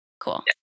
Cool